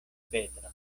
petro